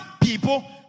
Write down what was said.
people